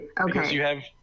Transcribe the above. Okay